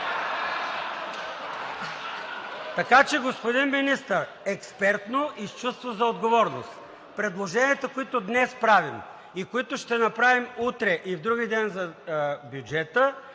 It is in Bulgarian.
Така че, господин Министър, експертно и с чувство за отговорност. Предложенията, които правим днес и които ще направим утре и вдругиден за бюджета,